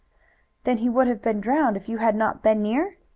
then he would have been drowned if you had not been near?